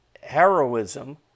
heroism